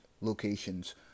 locations